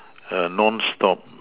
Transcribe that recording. err non stop